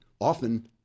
Often